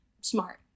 smart